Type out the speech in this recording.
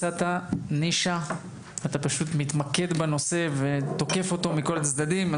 אתה מצאת נישה ואתה פשוט מתמקד בנושא ותוקף אותו מכל הצדדים.